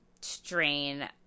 strain